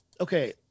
Okay